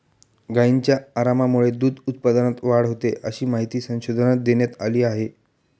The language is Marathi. गायींच्या आरामामुळे दूध उत्पादनात वाढ होते, अशी माहिती संशोधनात देण्यात आली आहे